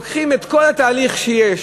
לוקחים את כל התהליך שיש,